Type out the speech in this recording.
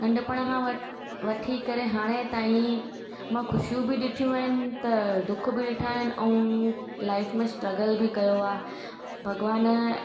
नंढपण खां वठ वठी करे हाणे ताईं मां ख़ुशियूं बि ॾिठियूं आहिनि त दुख बि ॾिठा आहिनि ऐं लाइफ में स्ट्रगल बि कयो आहे भॻवानु